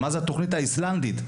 מה זה התוכנית האיסלנדית,